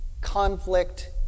conflict